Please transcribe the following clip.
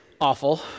awful